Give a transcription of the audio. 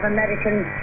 Americans